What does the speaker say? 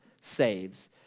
saves